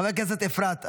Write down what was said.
חברת הכנסת אפרת,